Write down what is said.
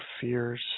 fears